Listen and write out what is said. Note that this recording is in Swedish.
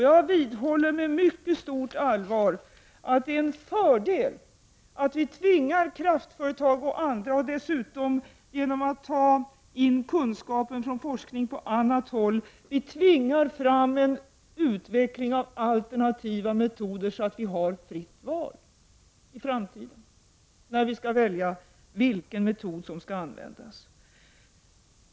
Jag vidhåller med mycket stort allvar att det är en fördel att vi dessutom genom att ta in kunskap från forskning på annat håll tvingar fram en utveckling av alternativa metoder, så att vi har fritt val i framtiden, när vi skall bestämma vilken metod som skall användas.